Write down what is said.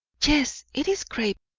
yes, it is crape,